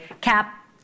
Cap